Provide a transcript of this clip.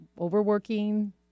overworking